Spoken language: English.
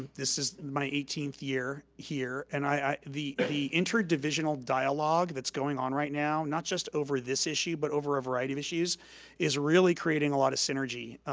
this is my eighteenth year here and the the interdivisional dialogue that's going on right now, not just over this issue but over a variety of issues is really creating a lot of synergy